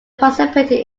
participated